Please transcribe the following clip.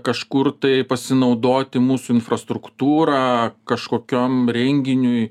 kažkur tai pasinaudoti mūsų infrastruktūra kažkokiam renginiui